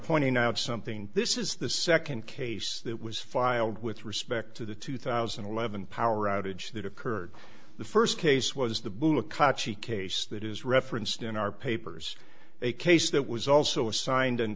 pointing out something this is the second case that was filed with respect to the two thousand and eleven power outage that occurred the first case was the blue mcclatchey case that is referenced in our papers a case that was also assigned and